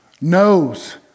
knows